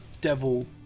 devil